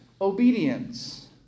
obedience